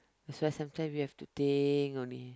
that's why sometime we have think on it